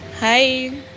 Hi